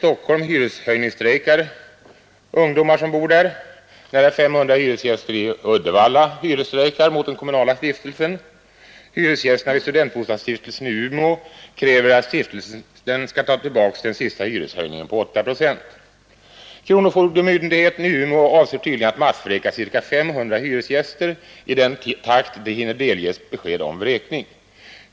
Hyresgästerna i sju ungdomshotell i Stockholm hyresstrejkar, nära 500 hyresgäster i Uddevalla hyresstrejkar mot den kommunala bostadsstiftelsen, och hyresgästerna vid studentbostadsstiftelsen i Umeå kräver att stiftelsen skall ta tillbaka den senaste hyreshöjningen på 8 procent. Kronofogdemyndigheten i Umeå avser tydligen att massvräka ca 500 hyresgäster i den takt man hinner delge dem besked om vräkning.